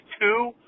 two